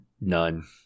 none